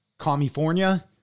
California